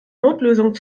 notlösung